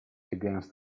against